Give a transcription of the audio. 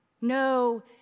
No